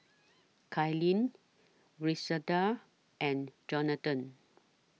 Caitlyn Griselda and Jonathan